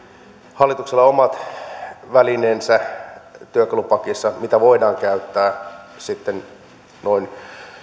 hallituksella on omat välineensä työkalupakissa mitä voidaan käyttää sitten noin